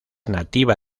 nativa